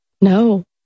No